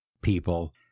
people